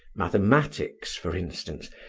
mathematics, for instance,